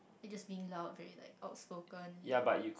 they're just being loud very like outspoken like